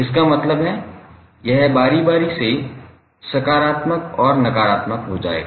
इसका मतलब है कि यह बारी बारी से सकारात्मक और नकारात्मक हो जाएगा